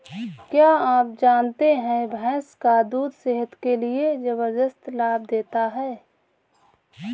क्या आप जानते है भैंस का दूध सेहत के लिए जबरदस्त लाभ देता है?